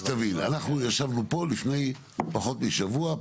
שתבין, אנחנו ישבנו פה לפני פחות משבוע.